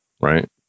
right